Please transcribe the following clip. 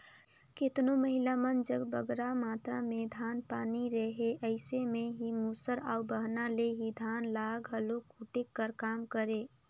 केतनो महिला मन जग बगरा मातरा में धान पान नी रहें अइसे में एही मूसर अउ बहना ले ही धान ल घलो कूटे कर काम करें